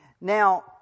Now